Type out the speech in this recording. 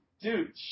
Dude